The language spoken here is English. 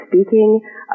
speaking